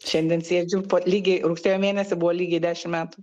šiandien sėdžiu po lygiai rugsėjo mėnesį buvo lygiai dešim metų